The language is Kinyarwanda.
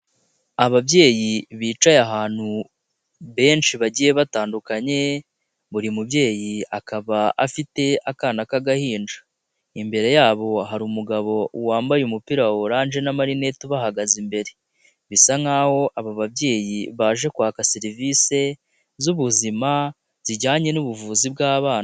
Ababyeyi bicaye ahantu benshi bagiye batandukanye. buri mubyeyi akaba afite akana k'agahinja, imbere yabo hari umugabo wambaye umupira wa orange na marinete ubahagaze imbere, bisa nk'aho aba babyeyi baje kwaka serivisi z'ubuzima, zijyanye n'ubuvuzi bwabana.